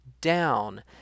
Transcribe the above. down